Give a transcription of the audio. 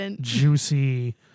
juicy